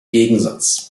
gegensatz